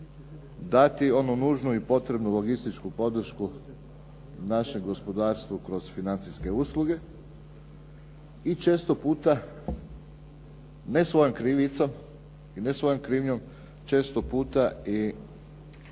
dati onu nužnu i potrebnu logističku podršku našem gospodarstvu kroz financijske usluge i često puta ne svojom krivicom i ne svojom krivnjom često puta i